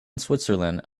switzerland